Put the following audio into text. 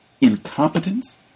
incompetence